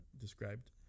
described